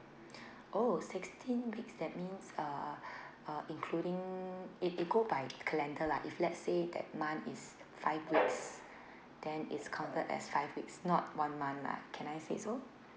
oh sixteen weeks that means uh uh including it it go by calendar lah if let's say that month is five weeks then is counted as five weeks not one month lah can I say so